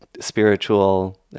spiritual